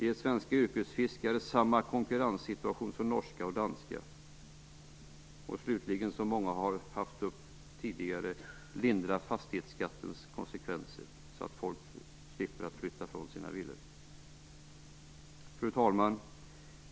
Ge svenska yrkesfiskare samma konkurrenssituation som norska och danska fiskare. 12. Lindra fastighetsskattens konsekvenser, så att folk slipper flytta från sina villor. Fru talman!